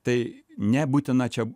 tai nebūtina čia